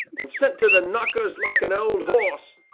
and sent to the knockers like an old horse!